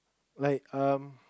like um